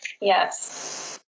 Yes